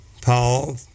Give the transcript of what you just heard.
Paul